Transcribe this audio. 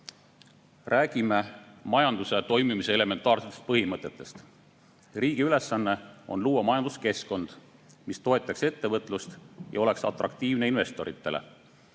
suuda. Räägime majanduse toimimise elementaarsetest põhimõtetest. Riigi ülesanne on luua majanduskeskkond, mis toetaks ettevõtlust ja oleks atraktiivne investoritele.